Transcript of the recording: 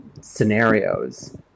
scenarios